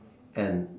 and